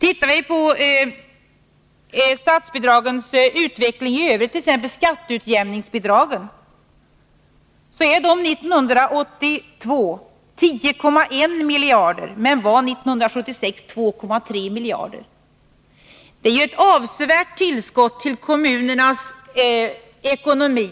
Tittar vi på statsbidragsutvecklingen i övrigt, t.ex. för skatteutjämningsbidraget, så finner vi att det år 1982 är 10,1 miljarder men att det 1976 var 2,3 miljarder kronor. Det är ju ett avsevärt tillskott till kommunernas ekonomi.